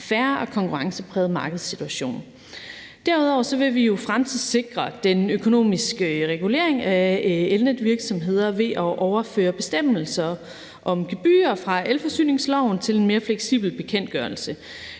fair og konkurrencepræget markedssituation. Derudover vil vi fremtidssikre den økonomiske regulering af elnetvirksomheder ved at overføre bestemmelser om gebyrer fra elforsyningsloven til en mere fleksibel bekendtgørelse.